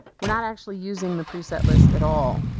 we're not actually using the preset list at all.